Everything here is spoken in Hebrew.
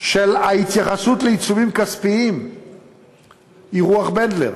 של ההתייחסות לעיצומים כספיים היא רוח בנדלר,